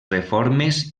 reformes